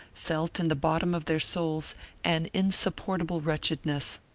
felt in the bottom of their souls an insupportable wretchedness.